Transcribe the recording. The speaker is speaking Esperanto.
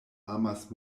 amas